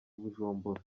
bujumbura